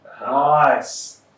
Nice